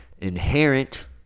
Inherent